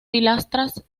pilastras